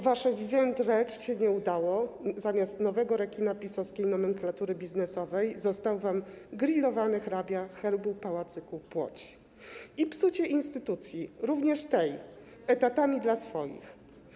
Wasze vivente rege się nie udało, zamiast nowego rekina PiS-owskiej nomenklatury biznesowej został wam grillowany hrabia herbu pałacyku płoć i psucie instytucji, również tej, etatami dla swoich.